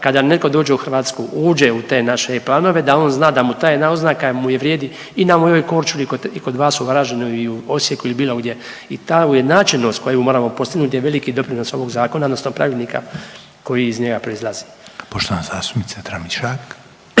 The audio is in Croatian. kada netko dođe u Hrvatsku, uđe u te naše planove da on zna da mu ta jedna oznaka mu vrijedi i na mojoj Korčuli i kod vas u Varaždinu i u Osijeku ili bilo gdje i ta ujednačenost koju moramo postignuti je veliki doprinos ovog zakona odnosno pravilnika koji iz njega proizlazi. **Reiner,